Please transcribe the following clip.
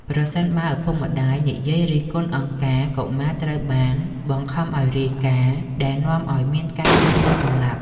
ប្រសិនបើឪពុកម្ដាយនិយាយរិះគន់អង្គការ កុមារត្រូវបានបង្ខំឱ្យរាយការណ៍ ដែលនាំឱ្យមានការយកទៅសម្លាប់។